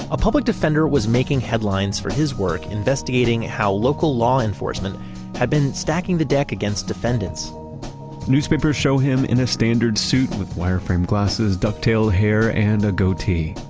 a public defender was making headlines for his work investigating how local law enforcement had been stacking the deck against defendants newspapers show him in a standard suit with wireframe glasses, ducktail hair and a goatee.